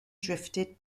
drifted